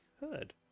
heard